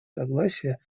согласия